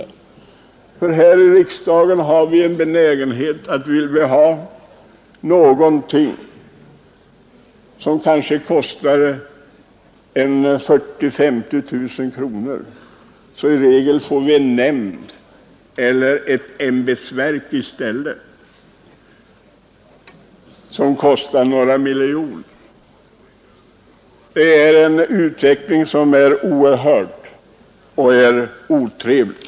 Vi har här i riksdagen en benägenhet att, om vi vill anslå pengar till något som kanske kostar 40 000—50 000 kronor, i stället tillsätta en nämnd eller koppla in ett ämbetsverk, vilket kostar några miljoner kronor. Det är en utveckling som är oerhörd och som är otrevlig.